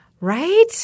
Right